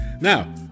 Now